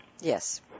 Yes